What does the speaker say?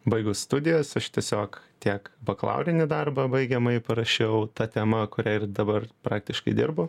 baigus studijas aš tiesiog tiek bakalaurinį darbą baigiamąjį parašiau ta tema kuria ir dabar praktiškai dirbu